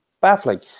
baffling